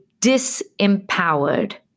disempowered